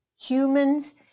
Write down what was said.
Humans